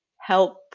help